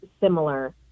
similar